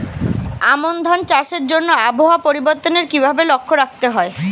আমন ধান চাষের জন্য আবহাওয়া পরিবর্তনের কিভাবে লক্ষ্য রাখতে হয়?